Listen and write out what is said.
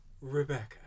Rebecca